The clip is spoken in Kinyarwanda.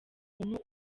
umuntu